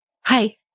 Hi